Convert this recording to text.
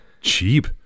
Cheap